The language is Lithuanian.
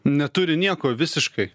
neturi nieko visiškai